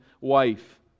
wife